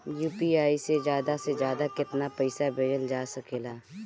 UPI से ज्यादा से ज्यादा केतना पईसा भेजल जा सकेला?